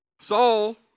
Saul